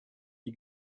die